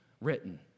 written